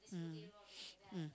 mm mm